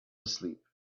asleep